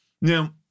Now